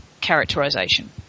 characterisation